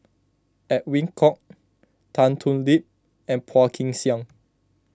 Edwin Koek Tan Thoon Lip and Phua Kin Siang